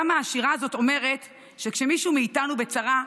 כמה השירה הזאת אומרת שכשמישהו מאיתנו בצרה,